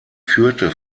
führte